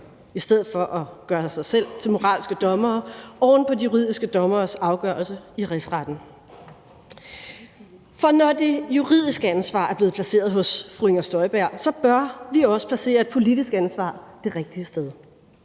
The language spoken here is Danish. i stedet for at gøre sig selv til moralske dommere oven på de juridiske dommeres afgørelse i Rigsretten. For når det juridiske ansvar er blevet placeret hos fru Inger Støjberg, bør vi også placere et politisk ansvar det rigtige sted